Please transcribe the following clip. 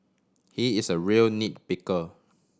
he is a real nit picker